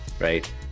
right